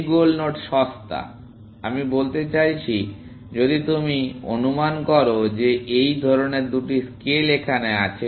এই গোল নোড সস্তা আমি বলতে চাচ্ছি যদি তুমি অনুমান করো যে এই ধরনের দুটি স্কেল এখানে আছে